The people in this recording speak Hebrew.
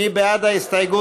מי בעד ההסתייגות?